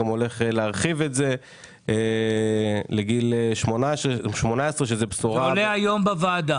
גם הולך להרחיב את זה לגיל 18. זה עולה היום בוועדה.